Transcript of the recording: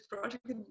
project